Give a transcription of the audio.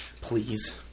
Please